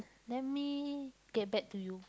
let me get back to you